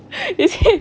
is it